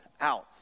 out